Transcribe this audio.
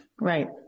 Right